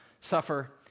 suffer